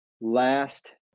last